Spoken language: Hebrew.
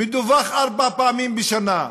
מדווח ארבע פעמים בשנה,